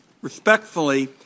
Respectfully